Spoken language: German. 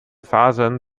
fasern